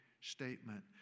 statement